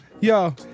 Yo